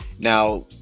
now